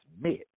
met